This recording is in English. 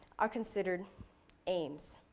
are considered aims.